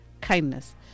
kindness